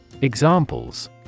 Examples